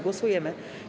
Głosujemy.